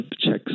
checks